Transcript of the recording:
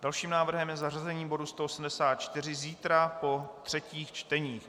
Dalším návrhem je zařazení bodu 184 zítra po třetích čteních.